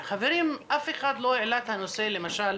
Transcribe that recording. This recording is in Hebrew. חברים, אף אחד לא העלה את הנושא, למשל,